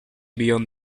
beyond